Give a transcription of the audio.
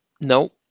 no